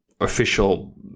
official